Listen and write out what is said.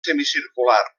semicircular